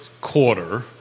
quarter